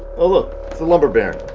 oh look, it's the lumber baron,